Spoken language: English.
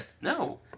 No